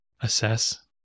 assess